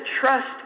trust